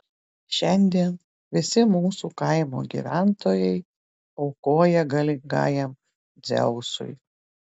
šiandien visi mūsų kaimo gyventojai aukoja galingajam dzeusui